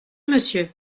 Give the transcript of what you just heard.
monsieur